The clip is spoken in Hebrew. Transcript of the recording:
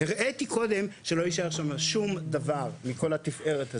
הראיתי קודם שלא יישאר שם שום דבר מכל התפארת הזו.